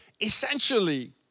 essentially